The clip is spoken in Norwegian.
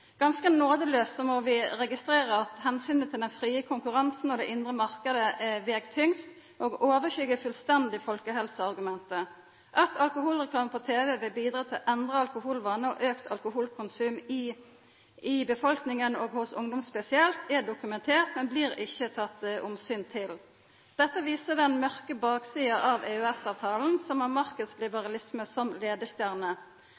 må vi registrera at omsynet til den frie konkurransen og den indre marknaden veg tyngst og overskyggjer fullstendig folkehelseargumentet. At alkoholreklame på tv vil bidra til endra alkoholvanar og auka alkoholkonsum i befolkninga, og hos ungdom spesielt, er dokumentert, men blir ikkje teke omsyn til. Dette viser den mørke baksida av EØS-avtalen, som